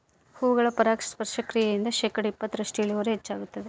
ಹೂಗಳ ಪರಾಗಸ್ಪರ್ಶ ಕ್ರಿಯೆಯಿಂದ ಶೇಕಡಾ ಇಪ್ಪತ್ತರಷ್ಟು ಇಳುವರಿ ಹೆಚ್ಚಾಗ್ತದ